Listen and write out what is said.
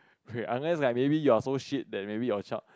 unless like maybe you are so shit then maybe your shop